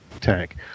tank